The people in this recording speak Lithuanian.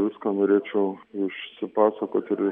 viską norėčiau išsipasakoti ir